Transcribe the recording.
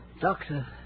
Doctor